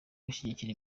gushyigikira